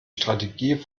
strategie